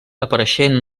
apareixent